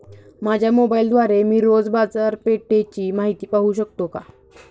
माझ्या मोबाइलद्वारे मी रोज बाजारपेठेची माहिती पाहू शकतो का?